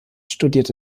studierte